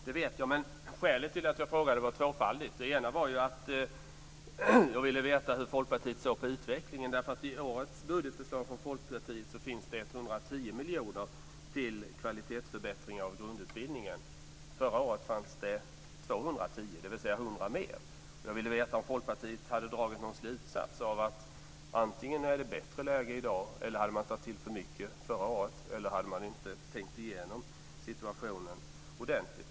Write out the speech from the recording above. Herr talman! Ja, det vet jag. Skälet till att jag frågade var tvåfaldigt. Det ena var att jag ville veta hur Folkpartiet ser på utvecklingen. I årets budgetförslag från Folkpartiet finns det 110 miljoner kronor till kvalitetsförbättringar av grundutbildningen. Förra året fanns det 210 miljoner kronor, dvs. 100 mer. Jag skulle vilja veta om Folkpartiet har dragit någon slutsats, t.ex. att det antingen är bättre läge i dag, eller att man gav för mycket förra året eller inte tänkt igenom situationen ordentligt.